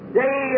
day